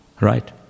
right